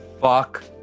fuck